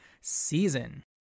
season